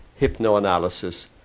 hypnoanalysis